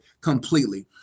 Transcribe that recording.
completely